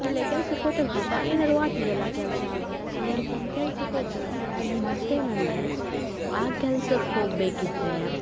ಅಲ್ಲಿ ಕೆಲ್ಸಕ್ಕೆ ಹೋತರ್ ಪಾಪ ಏನಾದ್ರು ಆತಿಲಲ್ಲ ಆ ಕೆಲಸ ಹಂಗೆ ಅನ್ಕಂಡು ಕೆಲ್ಸಕ್ಕೆ ಹೋತರ್ ಅದು ಮತ್ತೇನಂದರೆ ಆ ಕೆಲ್ಸಕ್ಕೆ ಹೋಗಬೇಕಿದ್ರೆ